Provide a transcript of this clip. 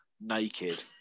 naked